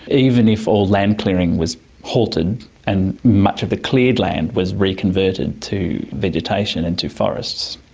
even if all land clearing was halted and much of the cleared land was reconverted to vegetation and to forests,